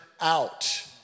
out